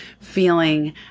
feeling